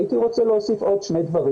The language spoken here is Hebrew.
הייתי רוצה בבקשה להוסיף עוד שני דברים.